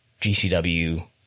GCW